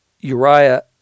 Uriah